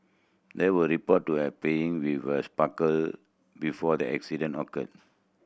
they were reported to have playing with a sparkler before the accident occurred